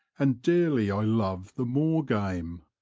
and dearly i love the moor-game.